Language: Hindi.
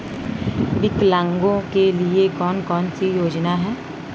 विकलांगों के लिए कौन कौनसी योजना है?